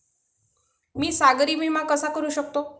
मी सागरी विमा कसा करू शकतो?